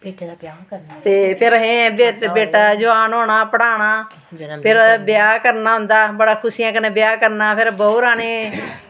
ते फिर असें बेटा जोआन होना पढ़ाना फिर ब्याह् करना उं'दा बड़ा खुशी कन्नै ब्याह् करना फिर बहू रानी